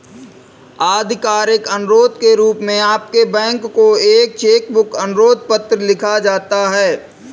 आधिकारिक अनुरोध के रूप में आपके बैंक को एक चेक बुक अनुरोध पत्र लिखा जाता है